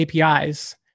APIs